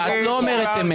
את לא אומרת אמת.